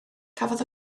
cafodd